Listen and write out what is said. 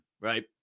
right